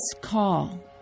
call